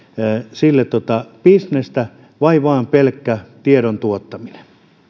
sille bisnestä vai vain pelkkä tiedon tuottaminen